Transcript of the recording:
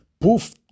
Poof